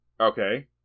okay